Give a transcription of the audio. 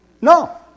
No